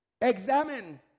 Examine